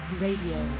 radio